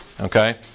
okay